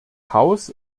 haus